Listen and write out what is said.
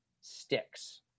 sticks